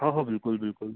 हो हो बिलकूल बिलकूल